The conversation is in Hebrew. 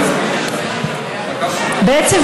בעצם,